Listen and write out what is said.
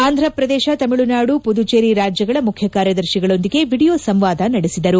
ಆಂಧ್ರ ಪ್ರದೇಶ ತಮಿಳುನಾಡು ಪುದುಚೆರಿ ರಾಜ್ಗಳ ಮುಖ್ಯಕಾರ್ಯದರ್ಶಿ ಗಳೊಂದಿಗೆ ವಿಡಿಯೋ ಸಂವಾದ ನಡೆಸಿದರು